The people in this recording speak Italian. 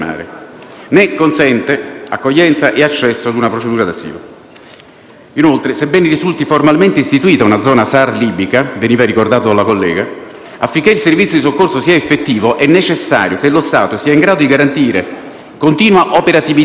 né consente accoglienza e accesso a una procedura d'asilo. Inoltre, sebbene risulti formalmente istituita una zona SAR libica, come veniva ricordato dalla collega, affinché il servizio di soccorso sia effettivo è necessario che lo Stato sia in grado di garantire continua operatività,